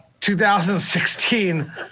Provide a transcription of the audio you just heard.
2016